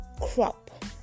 crop